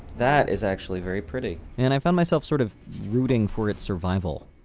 that is actually very pretty. and i found myself sort of rooting for its survival.